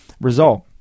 result